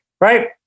right